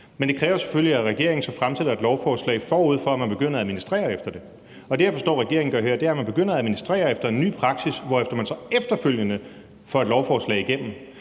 Men det kræver jo selvfølgelig, at regeringen så fremsætter et lovforslag, forud for at man begynder at administrere efter det, og det, jeg forstår regeringen gør her, er, at man begynder at administrere efter en ny praksis, hvorefter man så efterfølgende får et lovforslag igennem.